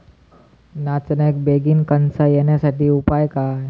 नाचण्याक बेगीन कणसा येण्यासाठी उपाय काय?